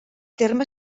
terme